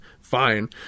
Fine